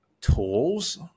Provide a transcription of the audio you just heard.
tools